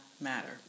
matter